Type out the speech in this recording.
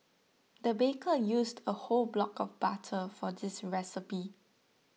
the baker used a whole block of butter for this recipe